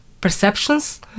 perceptions